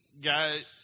guy